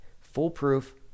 foolproof